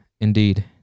indeed